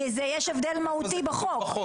כי יש הבדל מהותי בחוק.